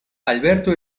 alberto